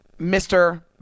Mr